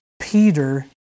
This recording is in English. Peter